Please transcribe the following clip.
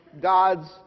God's